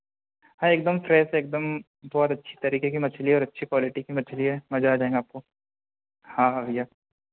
है एक दम फ्रेस है एक दम बहुत अच्छी तरीके की मछली और अच्छी क्वालिटी की मछली हैं मज़ा आ जाएगा आपको हाँ हाँ भैया